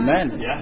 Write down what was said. Amen